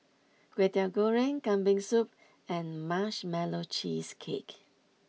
Kway Teow Goreng Kambing Soup and Marshmallow Cheesecake